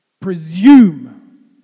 presume